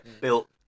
Built